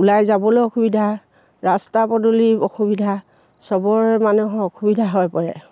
ওলাই যাবলৈ অসুবিধা ৰাস্তা পদূলি অসুবিধা সবৰ মানুহৰ অসুবিধা হৈ পৰে